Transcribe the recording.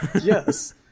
Yes